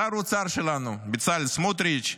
שר האוצר שלנו בצלאל סמוטריץ',